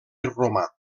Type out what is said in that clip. romà